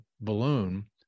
balloon